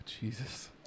Jesus